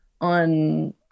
on